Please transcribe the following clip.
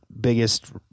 biggest